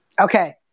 okay